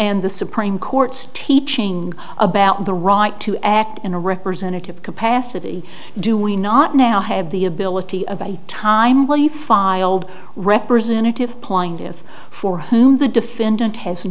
and the supreme court's teaching about the right to act in a representative capacity do we not now have the ability of a timely filed representative plying if for whom the defendant has